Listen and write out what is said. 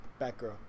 Batgirl